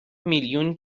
میلیون